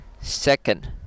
Second